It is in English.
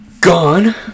gone